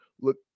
look